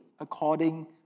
according